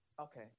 okay